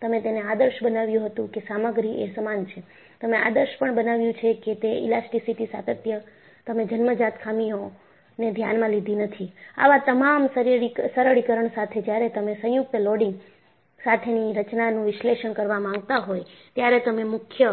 તમે તેને આદર્શ બનાવ્યું હતું કે સામગ્રી એ સમાન છે તમે આદર્શ પણ બનાવ્યું છે કે તે એક ઈલાસ્ટીક સાતત્ય તમે જન્મજાત ખામીઓને ધ્યાનમાં લીધી નથી આવા તમામ સરળીકરણ સાથે જ્યારે તમે સંયુક્ત લોડિંગ સાથેની રચનાનું વિશ્લેષણ કરવા માંગતા હોય ત્યારે તમે મુખ્ય